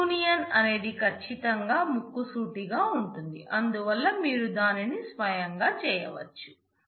union అనేది ఖచ్చితంగా ముక్కుసూటిగా ఉంటుంది అందువల్ల మీరు దానిని స్వయంగా చేయవచ్చు